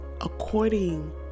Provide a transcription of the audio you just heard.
according